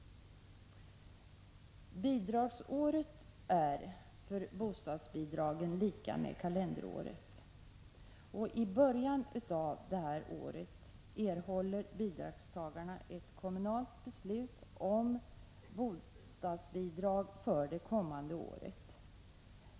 Bidragsåret är för bostadsbidragen lika med kalenderåret. I början av bidragsåret erhåller bidragstagarna ett kommunalt beslut om bostadsbidrag för det kommande året.